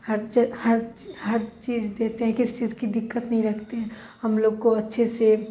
ہرچیز ہر ہر چیز دیتے ہیں کس چیز کی دقت نہیں رکھتے ہیں ہم لوگ کو اچھے سے